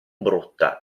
brutta